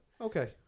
Okay